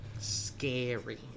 Scary